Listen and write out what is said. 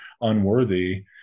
unworthy